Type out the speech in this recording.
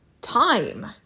time